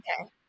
Okay